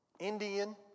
Indian